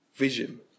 Vision